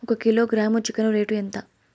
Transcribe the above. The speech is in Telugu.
ఒక కిలోగ్రాము చికెన్ రేటు ఎంత?